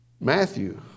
Matthew